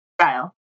style